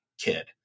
kid